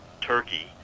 Turkey